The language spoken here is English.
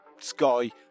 sky